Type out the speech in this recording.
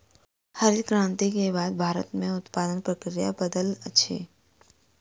हरित क्रांति के बाद भारत में उत्पादन प्रक्रिया बदलल अछि